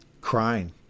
Crying